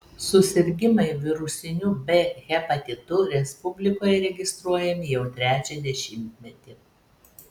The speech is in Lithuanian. susirgimai virusiniu b hepatitu respublikoje registruojami jau trečią dešimtmetį